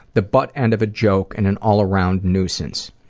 the butt-end of a joke and an all-around nuisance.